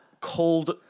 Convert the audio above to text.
called